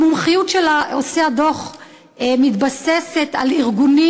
המומחיות של עושי הדוח מתבססת על ארגונים